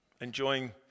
enjoying